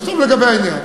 עכשיו, לגבי העניין,